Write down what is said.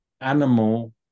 animal